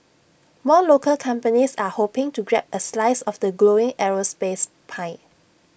more local companies are hoping to grab A slice of the growing aerospace pie